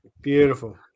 Beautiful